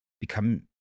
become